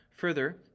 Further